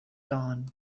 dawn